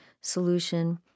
solution